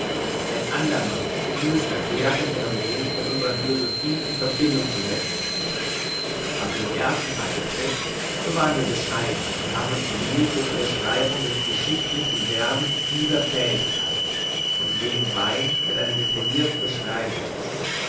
ein andermal dieses erklärte phänomen mit unserer philosophie in verbindung zu setzen was den ersten fall betrifft so waren wir bescheiden und haben uns begnügt mit der beschreibung des geschichtlichen werdens dieser fähigkeit und nebenbei mit einer detaillierten beschreibung